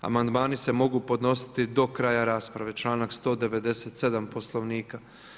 Amandmani se mogu podnositi do kraja rasprave, članak 197 Poslovnika.